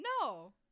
no